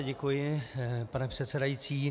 Děkuji, pane předsedající.